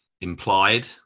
implied